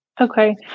Okay